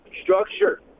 Structure